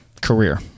career